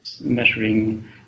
measuring